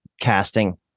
casting